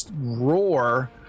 roar